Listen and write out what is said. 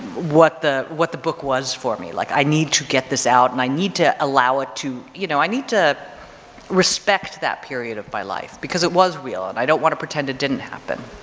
what the, what the book was for me. like i need to get this out and i need to allow it to, you know i need to respect that period of my life because it was real and i don't want to pretend it didn't happen.